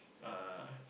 uh